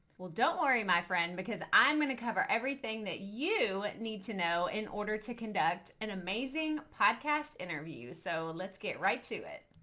well, don't worry my friend, because i'm going to cover everything that you need to know in order to conduct an amazing podcast interview. so let's get right to it.